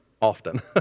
often